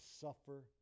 suffer